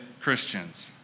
Christians